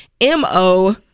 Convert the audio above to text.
M-O